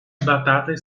batatas